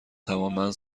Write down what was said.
توانمند